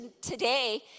today